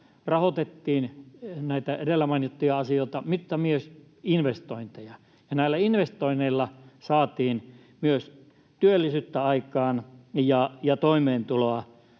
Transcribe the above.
rahoitettiin näitä edellä mainittuja asioita mutta myös investointeja, ja näillä investoinneilla saatiin myös työllisyyttä aikaan ja toimeentuloa